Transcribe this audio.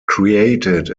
created